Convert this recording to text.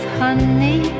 honey